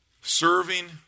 Serving